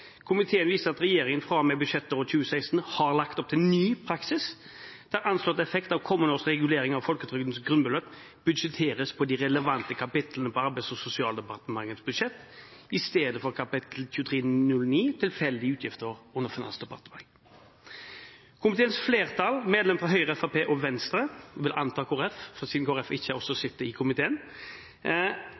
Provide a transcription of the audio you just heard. komiteen. Jeg siterer fra komiteens flertallsmerknader: «Komiteen viser til at regjeringen fra og med budsjettåret 2016 har lagt opp til en ny praksis, der anslått effekt av kommende års regulering av folketrygdens grunnbeløp budsjetteres på de relevante kapitlene på Arbeids- og sosialdepartementets budsjett, i stedet for på kap. 2309 Tilfeldige utgifter under Finansdepartementet.» «Komiteens flertall, medlemmene fra Høyre, Fremskrittspartiet og Venstre» – jeg vil anta også Kristelig Folkeparti, siden Kristelig Folkeparti ikke sitter